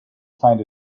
find